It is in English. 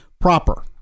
proper